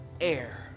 air